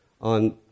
on